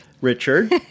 Richard